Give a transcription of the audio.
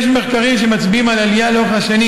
יש מחקרים שמצביעים על עלייה לאורך השנים